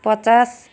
पचास